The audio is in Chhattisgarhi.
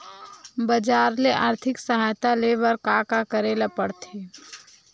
बजार ले आर्थिक सहायता ले बर का का करे ल पड़थे?